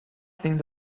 things